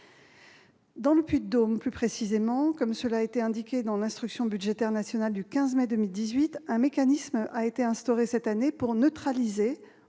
Dans le Puy-de-Dôme, comme cela a été indiqué dans l'instruction budgétaire nationale du 15 mai 2018, un mécanisme a été instauré cette année pour neutraliser,